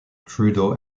trudeau